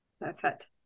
perfect